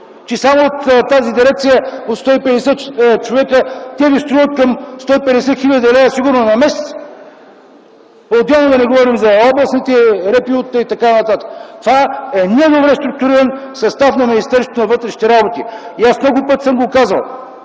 Че само тази дирекция от 150 човека ви струва към 150 хил. лв. сигурно на месец, отделно да не говорим за областните РПУ-та и т.н. Това е недобре структуриран състав на Министерството на вътрешните работи. Аз много пъти съм го казвал